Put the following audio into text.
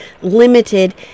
limited